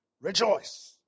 Rejoice